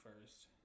first